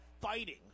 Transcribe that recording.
fighting